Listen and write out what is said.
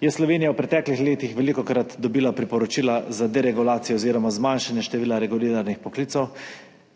je Slovenija v preteklih letih velikokrat dobila priporočila za deregulacijo oziroma zmanjšanje števila reguliranih poklicev,